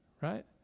Right